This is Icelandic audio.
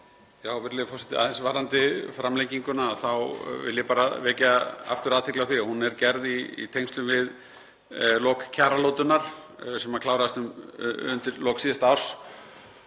Virðulegi forseti. Aðeins varðandi framlenginguna þá vil ég bara vekja aftur athygli á því að hún er gerð í tengslum við lok kjaralotunnar sem kláraðist undir lok síðasta árs.